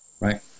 right